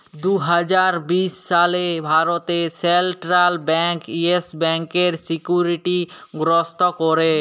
দু হাজার বিশ সালে ভারতে সেলট্রাল ব্যাংক ইয়েস ব্যাংকের সিকিউরিটি গ্রস্ত ক্যরে